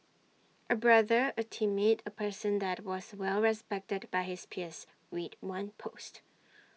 A brother A teammate A person that was well respected by his peers read one post